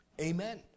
Amen